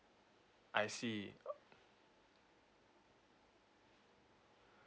I see